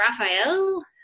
Raphael